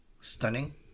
stunning